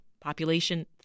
population